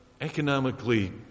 economically